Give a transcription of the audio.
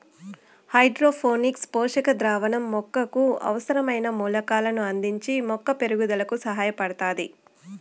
hydroponics పోషక ద్రావణం మొక్కకు అవసరమైన మూలకాలను అందించి మొక్క పెరుగుదలకు సహాయపడుతాది